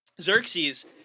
xerxes